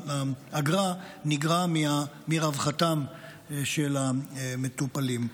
שתקציב האגרה נגרע מרווחתם של המטופלים.